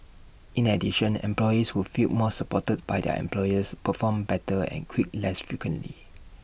in addition employees who feel more supported by their employers perform better and quit less frequently